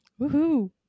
Woohoo